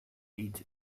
ate